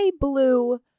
blue